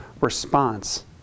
response